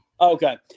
Okay